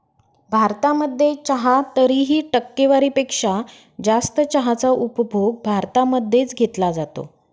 भारतामध्ये चहा तरीही, टक्केवारी पेक्षा जास्त चहाचा उपभोग भारतामध्ये च घेतला जातो